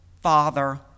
Father